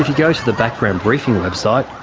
ah go to the background briefing website,